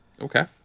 Okay